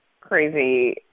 crazy